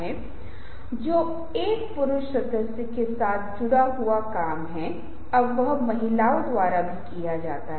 प्रतीकात्मक संदेश जहां अर्थ अंत में प्रकट नहीं होता है और दर्शकों के सामने छोड़ दिया जाता है जो बहुत बार काम नहीं करता है